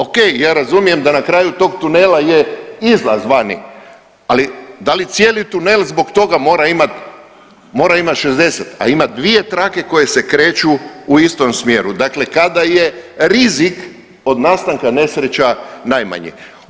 Ok, ja razumijem da na kraju tog tunela je izlaz vani, ali da li cijeli tunel zbog toga mora imati 60, a ima dvije trake koje se kreću u istom smjeru dakle, kada je rizik od nastanka nesreća najmanji.